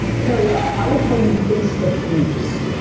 ah keri, ah i would tell you facebook groups.